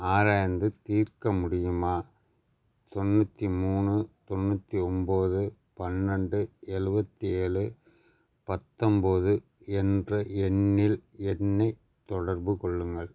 ஆராய்ந்து தீர்க்க முடியுமா தொண்ணூற்றி மூணு தொண்ணூற்றி ஒன்போது பன்னெண்டு எழுவத்தி ஏழு பத்தொன்போது என்ற எண்ணில் என்னைத் தொடர்புக் கொள்ளுங்கள்